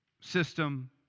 system